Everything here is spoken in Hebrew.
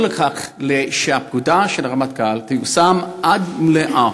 לכך שהפקודה של הרמטכ"ל תיושם במלואה,